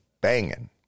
banging